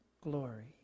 glory